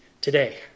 today